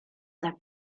that